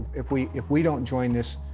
if we if we don't join this,